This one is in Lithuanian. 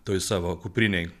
toj savo kuprinėj